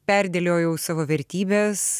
perdėliojau savo vertybes